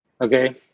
Okay